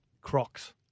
Crocs